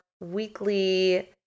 weekly